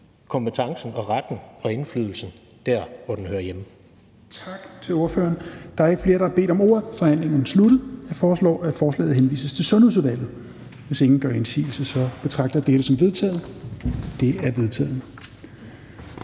Tredje næstformand (Rasmus Helveg Petersen): Tak til ordføreren. Der er ikke flere, der har bedt om ordet. Forhandlingen er sluttet. Jeg foreslår, at forslaget henvises til Sundhedsudvalget. Hvis ingen gør indsigelse, betragter jeg dette som vedtaget. Det er vedtaget.